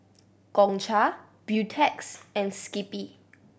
Gongcha Beautex and Skippy